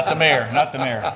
ah mayor, not the mayor.